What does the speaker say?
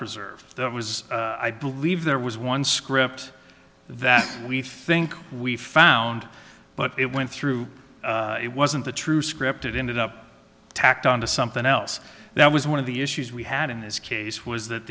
preserved that was i believe there was one script that we think we found but it went through it wasn't the true script it ended up tacked on to something else that was one of the issues we had in this case was that